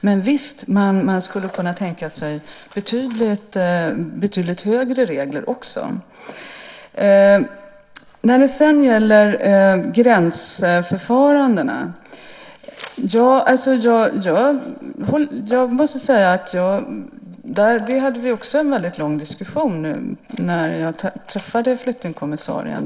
Men visst skulle man också kunna tänka sig betydligt högre nivå för reglerna. Sedan till frågan om gränsförfarandena. Det hade vi också en väldigt lång diskussion om när jag träffade flyktingkommissarien.